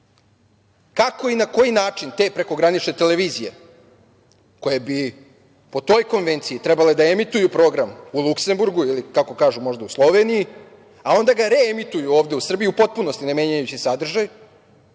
kako i na koji način te prekogranične televizije, koje bi po toj konvenciji trebalo da emituju program u Luksemburgu ili, kako kažu, možda u Sloveniji, a onda ga reemituju ovde u Srbiji u potpunosti ne menjajući sadržaj,